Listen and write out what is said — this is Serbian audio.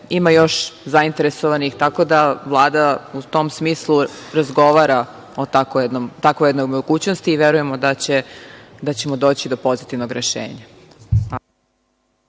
Ima još zainteresovanih, tako da Vlada u tom smislu razgovara o takvoj jednoj mogućnosti. Verujemo da ćemo doći do pozitivnog rešenja.